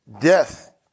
Death